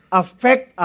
affect